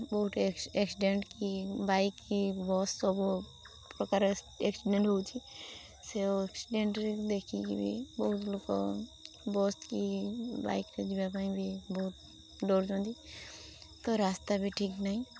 ବହୁତ ଆକ୍ସିଡେଣ୍ଟ କି ବାଇକ କି ବସ୍ ସବୁ ପ୍ରକାର ଆକ୍ସିଡେଣ୍ଟ ହେଉଛି ସେ ଆକ୍ସିଡେଣ୍ଟରେ ଦେଖିକି ବି ବହୁତ ଲୋକ ବସ୍ କି ବାଇକରେ ଯିବା ପାଇଁ ବି ବହୁତ ଡରୁଛନ୍ତି ତ ରାସ୍ତା ବି ଠିକ୍ ନାହିଁ